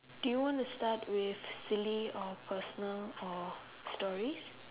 do you want to start with silly or personal or stories